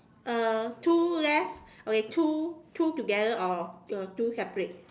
uh two left okay two two together or uh two separate